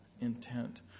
intent